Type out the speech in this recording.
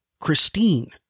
Christine